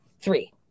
three